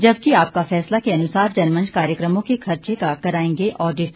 जबकि आपका फैसला के अनुसार जनमंच कार्यक्रमों के खर्चे का कराएंगे ऑडिट